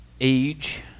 Age